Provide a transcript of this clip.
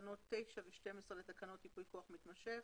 תקנות 9 ו-12 לתקנות ייפוי כוח מתמשך.